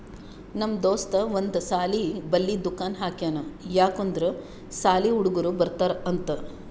ನಮ್ ದೋಸ್ತ ಒಂದ್ ಸಾಲಿ ಬಲ್ಲಿ ದುಕಾನ್ ಹಾಕ್ಯಾನ್ ಯಾಕ್ ಅಂದುರ್ ಸಾಲಿ ಹುಡುಗರು ಬರ್ತಾರ್ ಅಂತ್